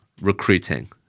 Recruiting